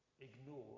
ignored